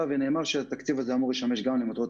כי מדינת ישראל ביחס לשיעור המבוטחים ברעידות